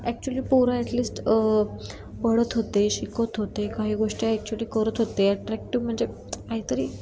actually पोरं at least पळत होते शिकत होते काही गोष्टी ॲक्चुअली करत होते अट्रॅक्टीव्ह म्हणजे काहीतरी